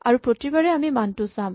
আৰু প্ৰতিবাৰে আমি মানটো চাম